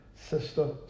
sister